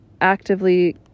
actively